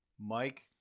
Mike